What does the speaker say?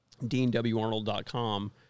DeanWArnold.com